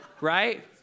Right